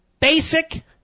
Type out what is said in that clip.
basic